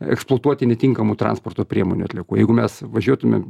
eksploatuoti netinkamų transporto priemonių atliekų jeigu mes važiuotumėm